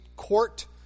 court